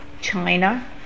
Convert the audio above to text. China